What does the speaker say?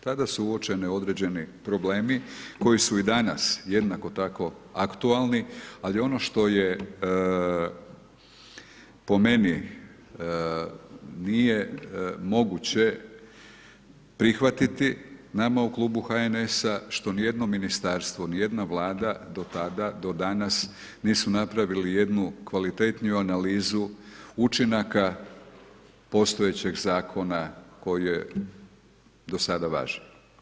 Tada su uočeni određeni problemi koji su i danas jednako tako aktualni ali ono što je po meni nije moguće prihvatiti nama u Klubu HNS-a što niti jedno ministarstvo, ni jedna Vlada do tada, do danas nisu napravili jednu kvalitetniju analizu učinaka postojećeg zakona koji je do sada važio.